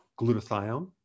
glutathione